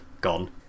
gone